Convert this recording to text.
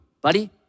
buddy